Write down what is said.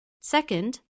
Second